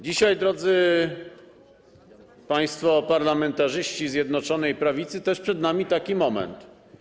Dzisiaj, drodzy państwo parlamentarzyści Zjednoczonej Prawicy, przed nami też taki moment.